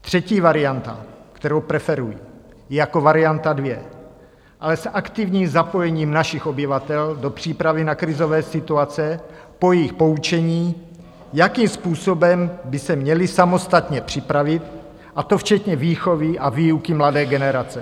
Třetí varianta, kterou preferuji, je jako varianta dvě, ale s aktivním zapojením našich obyvatel do přípravy na krizové situace po jejich poučení, jakým způsobem by se měli samostatně připravit, a to včetně výchovy a výuky mladé generace.